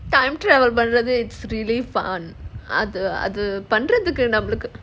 time travel வந்து:vandhu it's really fun அது அது பண்றதுக்கு:adhu adhu pandrathuku